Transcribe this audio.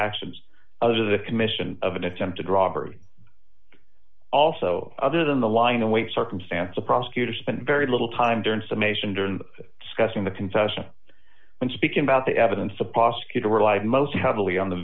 actions other the commission of an attempted robbery also other than the lying awake circumstance a prosecutor spent very little time during summation during the scuffing the confession and speaking about the evidence the prosecutor were alive most heavily on the